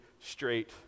straight